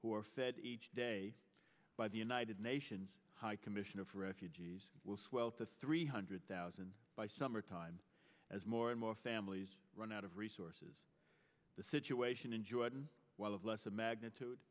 are fed each day by the united nations high commissioner for refugees will swell to three hundred thousand by summer time as more and more families run out of resources the situation in jordan while of less a magnitude